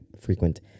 frequent